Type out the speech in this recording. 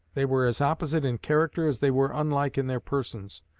they were as opposite in character as they were unlike in their persons.